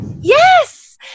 Yes